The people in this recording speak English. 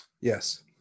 Yes